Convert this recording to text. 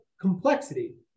complexity